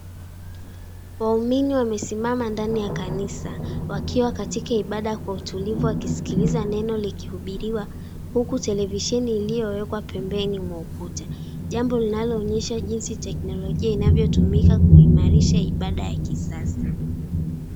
Waumini wamesimama ndani ya kanisa wakiwa katika ibada kwa utulivu wakiskiliza neno likihubiriwa huku televisheni iliowekwa pembeni mwa ukuta, jambo linaloonyesha jinsi teleknojia inavyotumika kuimarisha ibada ya kisasa.